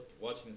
watching